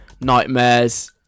nightmares